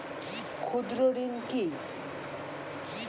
ক্ষুদ্র ঋণ কি?